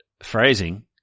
phrasing